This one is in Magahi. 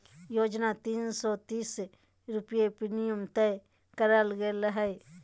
योजना तीन सो तीस रुपये प्रीमियम तय करल गेले हइ